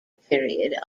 period